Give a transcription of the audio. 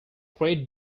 great